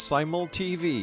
Simultv